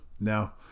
now